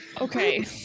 Okay